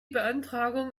beantragung